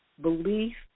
belief